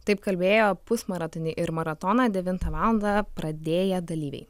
taip kalbėjo pusmaratonį ir maratoną devintą valandą pradėję dalyviai